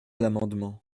l’amendement